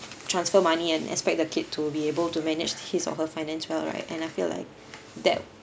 transfer money and expect the kid to be able to manage his or her finance well right and I feel like that